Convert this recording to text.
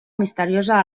misteriosa